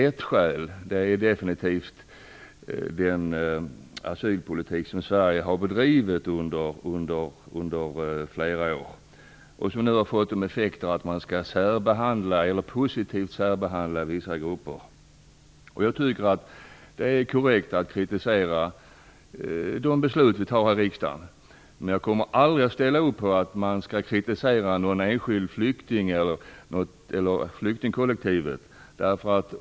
Ett skäl är definitivt den asylpolitik som Sverige har bedrivit under flera år och som nu har fått den effekten att vissa grupper skall positivt särbehandlas. Jag tycker att det är korrekt att kritisera de beslut vi fattar här i riksdagen, men jag kommer aldrig att ställa upp på att man kritiserar en enskild flykting eller flyktingkollektivet.